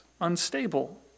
unstable